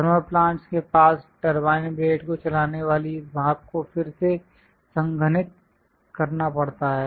thermal plant के पास turbine blade को चलाने वाली इस भाप को फिर से संघनित करना पड़ता है